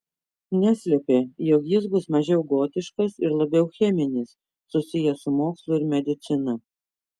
neslėpė jog jis bus mažiau gotiškas ir labiau cheminis susijęs su mokslu ir medicina